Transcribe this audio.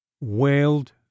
wailed